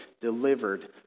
delivered